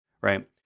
right